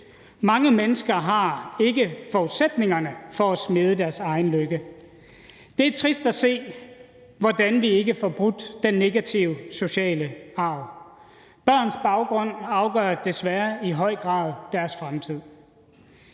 Mange mennesker har ikke forudsætningerne for at smede deres egen lykke. Det er trist at se, hvordan vi ikke får brudt den negative sociale arv. Børns baggrund afgør desværre i høj grad deres fremtid.